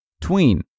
Tween